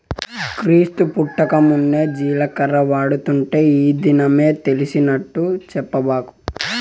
క్రీస్తు పుట్టకమున్నే జీలకర్ర వాడుతుంటే ఈ దినమే తెలిసినట్టు చెప్పబాకు